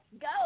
go